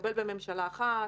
התקבל בממשלה אחת,